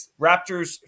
Raptors